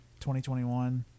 2021